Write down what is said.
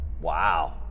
Wow